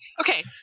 Okay